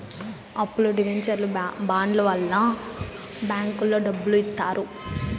అప్పులు డివెంచర్లు బాండ్ల వల్ల బ్యాంకులో డబ్బులు ఇత్తారు